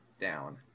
down